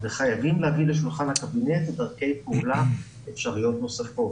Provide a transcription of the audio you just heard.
וחייבים להביא לשולחן הקבינט דרכי פעולה אפשריות נוספות.